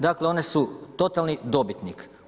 Dakle one su totalni dobitnik.